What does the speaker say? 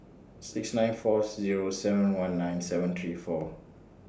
six nine four Zero seven one nine seven three four